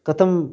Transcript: कथं